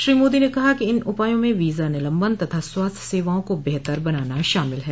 श्री मोदी ने कहा कि इन उपायों में वीजा निलंबन तथा स्वास्थ्य सेवाओं को बेहतर बनाना शामिल है